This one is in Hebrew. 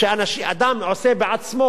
שאדם עושה בעצמו,